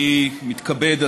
אני מתכבד,